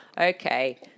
okay